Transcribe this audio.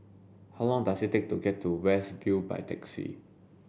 how long does it take to get to West View by taxi